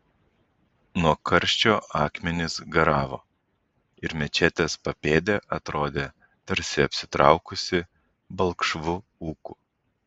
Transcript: nuo karščio akmenys garavo ir mečetės papėdė atrodė tarsi apsitraukusi balkšvu ūku